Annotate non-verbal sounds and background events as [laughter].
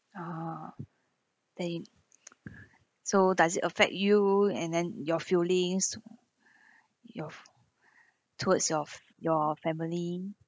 orh they [noise] so does it affect you and then your feelings [breath] your towards of your family